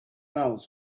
mouths